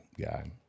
guy